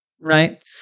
right